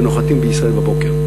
ונוחתים בישראל בבוקר.